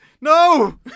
No